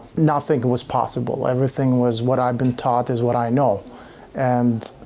nothing, and was possible everything, was what i've been taught is what i know and?